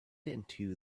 into